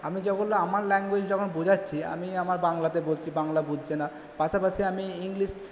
আমি যেগুলো আমার ল্যাঙ্গুয়েজে যখন বোঝাচ্ছি আমি আমার বাংলাতে বলছি বাংলা বুঝছে না পাশাপাশি আমি ইংলিশ